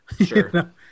Sure